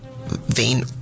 vein